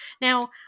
Now